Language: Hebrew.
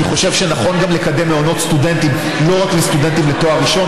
אני חושב שנכון גם לקדם מעונות סטודנטים לא רק לסטודנטים לתואר ראשון,